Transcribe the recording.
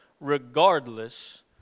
regardless